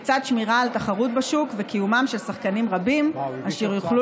לצד שמירה על תחרות בשוק וקיומם של שחקנים רבים אשר יוכלו